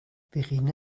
verena